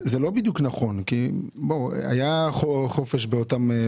זה לא מדויק כי היה חופש גדול,